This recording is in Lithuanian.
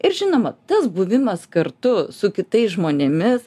ir žinoma tas buvimas kartu su kitais žmonėmis